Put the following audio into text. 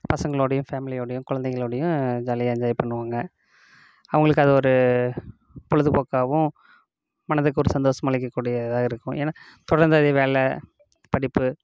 பசங்களுடையும் ஃபேமிலியுடையும் குழந்தைங்களோடையும் ஜாலியாக என்ஜாய் பண்ணுவாங்க அவங்களுக்கு அது ஒரு பொழுதுப்போக்காகவும் மனதுக்கு ஒரு சந்தோஷம் அளிக்கக்கூடியதாக இருக்கும் ஏன்னால் தொடர்ந்து அதே வேலை படிப்பு